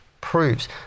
Proves